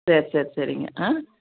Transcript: சரி சரி சரிங்க ஆ